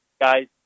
guys